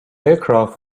aircraft